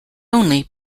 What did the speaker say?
only